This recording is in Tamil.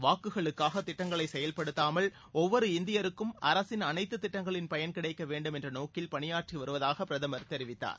வாக்குகளுக்காக திட்டங்களை செயல்படுத்தாமல் ஒவ்வொரு இந்தியருக்கும் அரசின் அனைத்து திட்டங்களின் பயன் கிடைக்க வேண்டும் என்ற நோக்கில் பணியாற்றி வருவதாக பிரதமர் தெரிவித்தார்